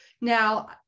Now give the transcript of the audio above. now